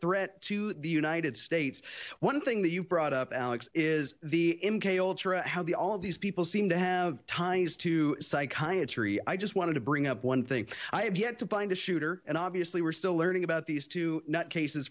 threat to the united states one thing that you've brought up alex is the m k ultra how the all of these people seem to have ties to psychiatry i just want to bring up one thing i have yet to find a shooter and obviously we're still learning about these two nut cases